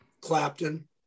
Clapton